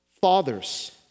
Fathers